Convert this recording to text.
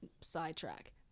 Sidetrack